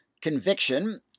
conviction